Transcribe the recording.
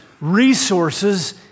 resources